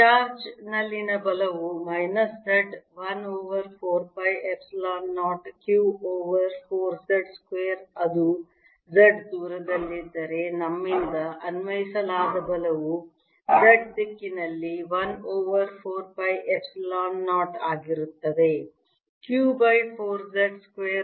ಚಾರ್ಜ್ನಲ್ಲಿರುವ ಬಲವು minus Z 1 over 4 pi epsilon 0 q over 4 Z square ಅದು Z ದೂರದಲ್ಲಿದ್ದರೆ ನಮ್ಮಿಂದ ಅನ್ವಯಿಸಲಾದ ಬಲವು Z ದಿಕ್ಕಿನಲ್ಲಿ 1 ಓವರ್ 4 ಪೈ ಎಪ್ಸಿಲಾನ್ 0 ಆಗಿರುತ್ತದೆ q 4 Z ಸ್ಕ್ವೇರ್